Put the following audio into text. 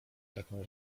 taką